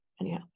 anyhow